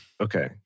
Okay